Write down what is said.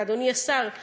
אדוני השר,